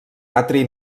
atri